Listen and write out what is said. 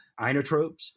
inotropes